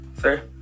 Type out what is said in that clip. Sir